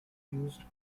used